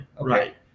Right